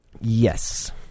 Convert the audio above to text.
Yes